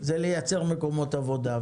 זה לייצר מקומות עבודה,